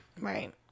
Right